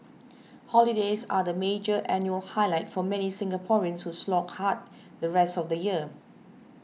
holidays are the major annual highlight for many Singaporeans who slog hard the rest of the year